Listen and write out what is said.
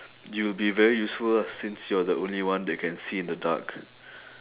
you'll be very useful lah since you're the only one that can see in the dark